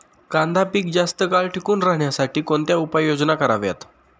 कांदा पीक जास्त काळ टिकून राहण्यासाठी कोणत्या उपाययोजना कराव्यात?